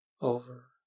over